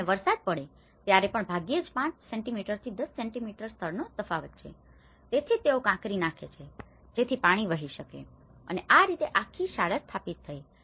અને વરસાદ પડે ત્યારે પણ ભાગ્યે જ 5 સેન્ટિમીટરથી 10 સેન્ટિમીટર સ્તરનો તફાવત છે તેથી જ તેઓ કાંકરી નાખે છે જેથી પાણી વહી શકે અને આ રીતે આખી શાળા સ્થાપિત થઈ છે